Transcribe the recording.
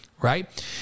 right